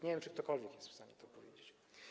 Nie wiem, czy ktokolwiek jest w stanie to powiedzieć.